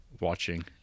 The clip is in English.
watching